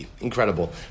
Incredible